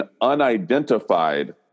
unidentified